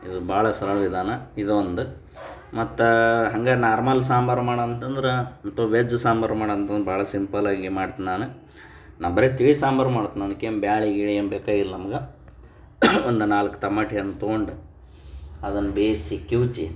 ಇದು ಭಾಳ ಸರಳ ವಿಧಾನ ಇದು ಒಂದು ಮತ್ತು ಹಾಗೆ ನಾರ್ಮಲ್ ಸಾಂಬಾರು ಮಾಡು ಅಂತಂದ್ರೆ ವೆಜ್ ಸಾಂಬಾರು ಮಾಡಿ ಅಂತಂದ್ರೆ ಭಾಳ ಸಿಂಪಲ್ಲಾಗಿ ಮಾಡ್ತ್ನಿ ನಾನು ನಾನು ಬರೀ ತಿಳಿ ಸಾಂಬಾರು ಮಾಡುತ್ನ್ ಅದಕ್ಕೇನು ಬೇಳೆ ಗೀಳೆ ಏನೂ ಬೇಕಾಗಿಲ್ಲ ನಮ್ಗೆ ಒಂದು ನಾಲ್ಕು ತಮಾಟಿ ಹಣ್ಣು ತೊಗೊಂಡು ಅದನ್ನು ಬೇಯಿಸಿ ಕಿವುಚಿ